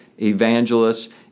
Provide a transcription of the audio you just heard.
evangelists